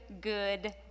good